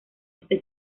este